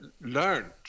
learned